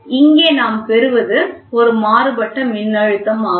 இங்கே நாம் பெறுவது ஒரு மாறுபட்ட மின்னழுத்தம் ஆகும்